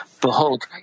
Behold